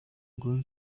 going